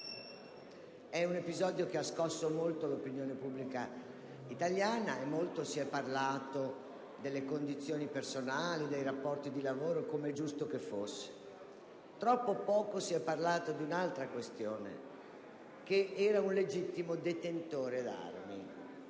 È un episodio che ha scosso molto l'opinione pubblica italiana. Molto si è parlato delle condizioni personali e dei rapporti di lavoro, come è giusto che fosse. Troppo poco si è parlato di un'altra questione: quell'uomo era un legittimo detentore d'armi.